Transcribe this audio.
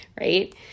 right